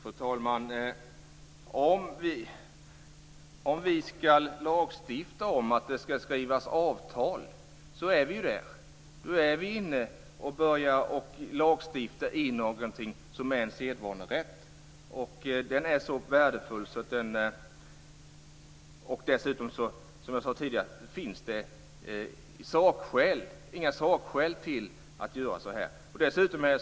Fru talman! Om vi ska lagstifta om att det ska skrivas avtal är vi ju där. Då är vi inne och börjar lagstifta i någonting som är en sedvanerätt och som är mycket värdefullt. Som jag sade tidigare finns det heller inga sakskäl för att göra så här.